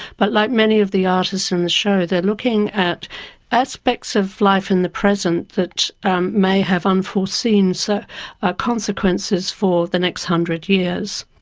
but like many of the artists in the show, they're looking at aspects of life in the present that may have unforeseen so ah consequences for the next one hundred years.